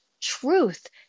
truth